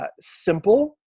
simple